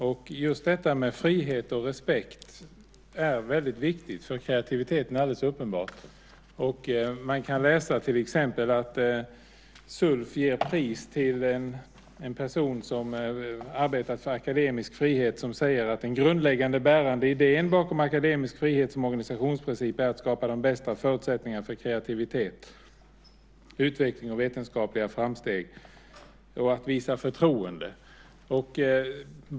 Och just detta med frihet och respekt är väldigt viktigt för kreativiteten. Det är alldeles uppenbart. Man kan till exempel läsa att Sulf ger pris till en person som arbetar för akademisk frihet och som säger att den grundläggande och bärande idén bakom akademisk frihet som organisationsprincip är att skapa de bästa förutsättningarna för kreativitet, utveckling och vetenskapliga framsteg och att visa förtroende.